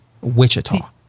Wichita